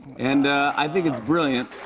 and i think it's brilliant.